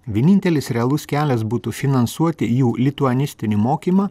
vienintelis realus kelias būtų finansuoti jų lituanistinį mokymą